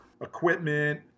Equipment